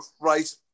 right